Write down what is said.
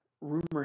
rumor